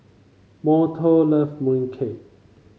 Morton love mooncake